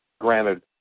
Granted